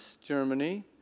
Germany